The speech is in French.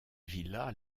villa